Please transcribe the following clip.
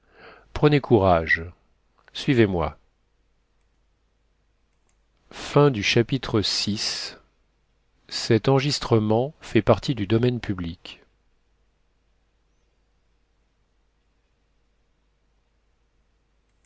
prenez courage suivez-moi chapitre vii